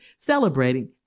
celebrating